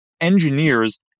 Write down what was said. engineers